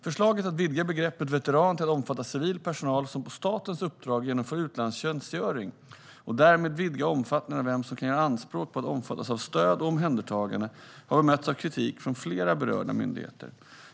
Förslaget att vidga begreppet veteran till att omfatta civil personal som på statens uppdrag genomför utlandstjänstgöring och därmed vidga omfattningen av vem som kan göra anspråk på att omfattas av stöd och omhändertagande har bemötts av kritik från flera berörda myndigheter.